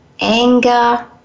anger